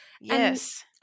Yes